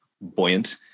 buoyant